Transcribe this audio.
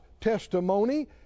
testimony